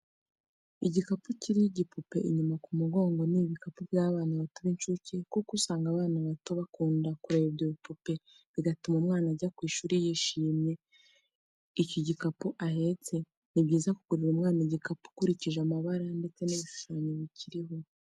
Igakapu kiriho igipopi inyuma mu mugongo n'ibikapu by'abana bato b'inshuke kuko usanga abana bato babikunda kure ibyo bipopi bigatuma umwana ajya ku ishuri yishimye kube icyo gikapu ahetse. Ni byiza kugurira umwana igikapu ukurikije amabara ndetse n'ibishushanyo bicyiriho.